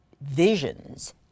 visions